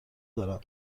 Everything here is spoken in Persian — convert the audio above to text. دارم